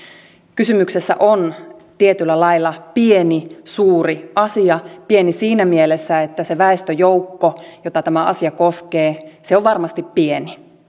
kysymyksessä on tietyllä lailla pieni suuri asia pieni siinä mielessä että se väestöjoukko jota tämä asia koskee on varmasti pieni